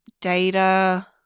data